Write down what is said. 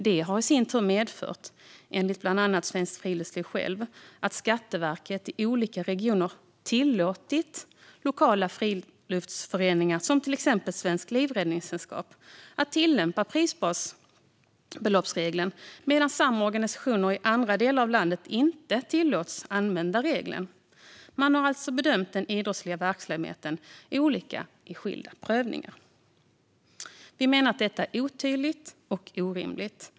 Det har i sin tur, enligt bland annat Svenskt Friluftsliv självt, medfört att Skatteverket i olika regioner tillåtit lokala friluftsföreningar, som till exempel Svenska Livräddningssällskapet, att tillämpa prisbasbeloppsregeln, medan samma organisationer i andra delar av landet inte tillåtits att använda regeln. Man har alltså bedömt den idrottsliga verksamheten olika i skilda prövningar. Vi menar att detta är otydligt och orimligt.